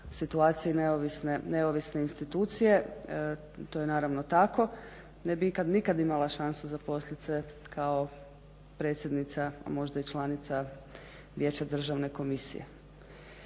situaciji neovisne institucije to je naravno tako ne bih nikad imala šansu zaposliti se kao predsjednica, a možda i članica Vijeća Državne komisije.